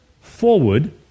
forward